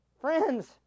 Friends